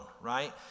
right